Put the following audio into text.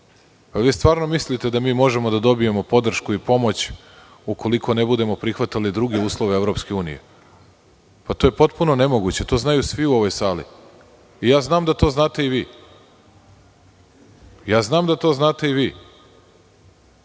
li stvarno mislite da možemo da dobijemo podršku i pomoć ukoliko ne budemo prihvatali druge uslove EU? To je potpuno nemoguće. To znaju svi u ovoj sali. Znam da to znate i vi. Znam da to znate i vi